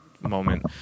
moment